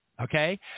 Okay